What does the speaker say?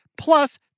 plus